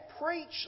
preach